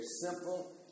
simple